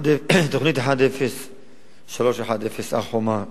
תוכנית 10310, הר-חומה ג',